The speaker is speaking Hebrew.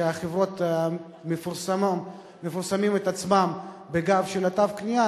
החברות המפרסמות את עצמן על גב תו הקנייה,